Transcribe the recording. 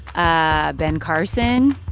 ah ben carson,